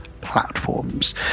platforms